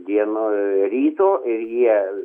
dieno ryto ir jie